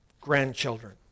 Grandchildren